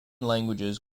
languages